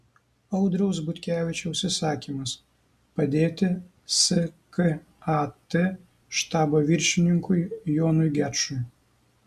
audriaus butkevičiaus įsakymas padėti skat štabo viršininkui jonui gečui